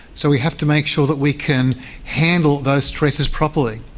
so we have to make sure that we can handle those stresses properly.